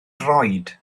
droed